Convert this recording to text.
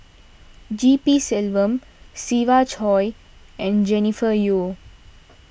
G P Selvam Siva Choy and Jennifer Yeo